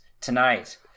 Tonight